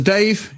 Dave